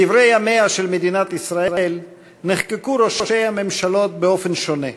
בדברי ימיה של מדינת ישראל נחקקו ראשי הממשלות באופן שונה: